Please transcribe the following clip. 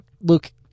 look